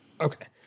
Okay